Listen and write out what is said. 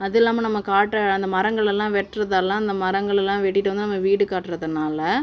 அதுல்லாமல் நம்ம காட்டை அந்த மரங்கள் எல்லாம் வெட்டுறதெல்லாம் அந்த மரங்களெல்லாம் வெட்டிட்டு வந்து நம்ம வீடு கட்டுறதனால்